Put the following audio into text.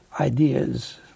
ideas